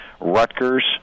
Rutgers